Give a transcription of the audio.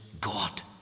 God